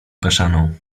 kaszaną